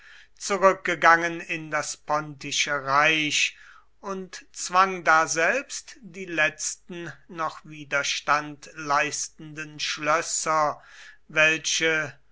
zurückgegangen in das pontische reich und bezwang daselbst die letzten noch widerstand leistenden schlösser welche